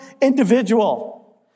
individual